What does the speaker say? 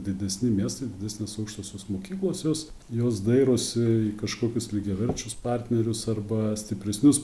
didesni miestai didesnės aukštosios mokyklos jos jos dairosi į kažkokius lygiaverčius partnerius arba stipresnius